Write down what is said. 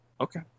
Okay